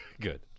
Good